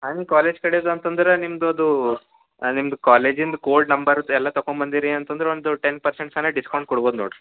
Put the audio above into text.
ಹಾಂಗೆ ಕಾಲೇಜ್ ಕಡೆದು ಅಂತಂದ್ರ ನಿಮ್ದು ಅದು ನಿಮ್ದು ಕಾಲೇಜಿಂದ ಕೋಡ್ ನಂಬರ್ ಎಲ್ಲ ತಗೊಂಬಂದಿರಿ ಅಂತಂದ್ರ ಒಂದು ಟೆನ್ ಪರ್ಸೆಂಟ್ ಸ್ಯಾನ್ ಡಿಸ್ಕೌಂಟ್ ಕೊಡ್ಬೋದು ನೋಡ್ರಿ